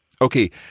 Okay